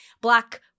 Black